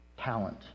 talent